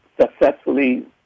successfully